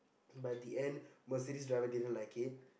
but the end Mercedes driver didn't like it